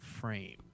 frame